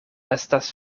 estas